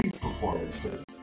performances